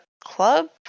club